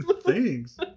Thanks